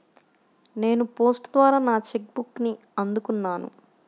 నేను పోస్ట్ ద్వారా నా చెక్ బుక్ని అందుకున్నాను